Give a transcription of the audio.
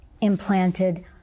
implanted